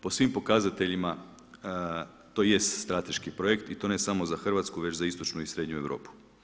Po svim pokazateljima to jest strateški projekt i to ne samo za Hrvatsku već za istočnu i srednju Europu.